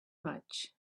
much